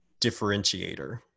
differentiator